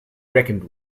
reckoned